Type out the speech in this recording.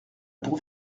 pour